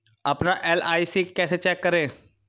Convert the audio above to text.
अपना एल.आई.सी कैसे चेक करें?